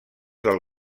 del